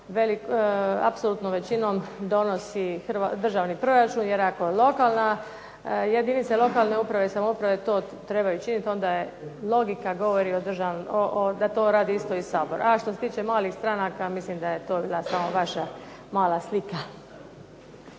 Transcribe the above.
apsolutnom većinom donosi državni proračun jer ako jedinice lokalne uprave i samouprave to trebaju činit onda logika govori da to radi isto i Sabor. A što se tiče malih stranaka mislim da je to samo vaša mala slika.